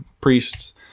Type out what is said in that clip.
priests